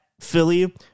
Philly